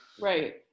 Right